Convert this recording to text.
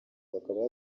bakaba